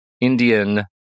Indian